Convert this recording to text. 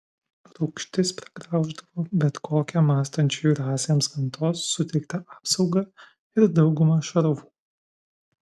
rūgštis pragrauždavo bet kokią mąstančiųjų rasėms gamtos suteiktą apsaugą ir daugumą šarvų